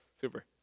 super